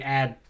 add